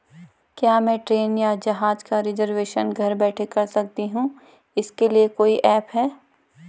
क्या मैं ट्रेन या जहाज़ का रिजर्वेशन घर बैठे कर सकती हूँ इसके लिए कोई ऐप है?